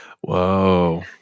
Whoa